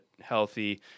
healthy